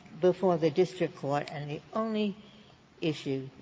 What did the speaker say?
before the district court and the only issue,